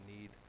need